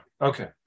Okay